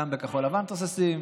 גם בכחול לבן תוססים,